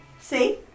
See